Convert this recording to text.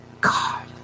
God